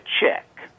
check